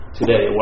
today